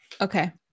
Okay